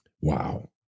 wow